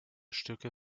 stücke